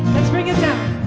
let's bring it down.